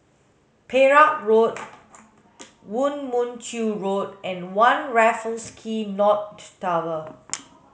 Perak Road Woo Mon Chew Road and One Raffles Quay North Tower